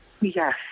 Yes